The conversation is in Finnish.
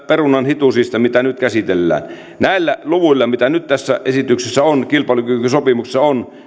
perunan hitusista mitä nyt käsitellään nämä luvut mitä nyt tässä esityksessä kilpailukykysopimuksessa on